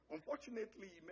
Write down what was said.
Unfortunately